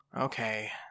Okay